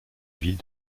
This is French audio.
ville